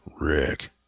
Rick